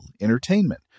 entertainment